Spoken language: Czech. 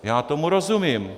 Já tomu rozumím.